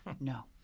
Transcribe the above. No